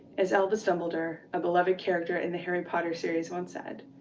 as albus dumbledore, a beloved character in the harry potter series, once said,